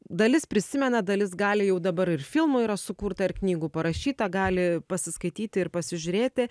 dalis prisimena dalis gali jau dabar ir filmų yra sukurta ir knygų parašyta gali pasiskaityti ir pasižiūrėti